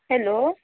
hello